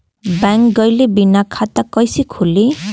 Bank गइले बिना खाता कईसे खुली?